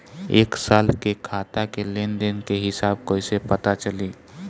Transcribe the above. एक साल के खाता के लेन देन के हिसाब कइसे पता चली?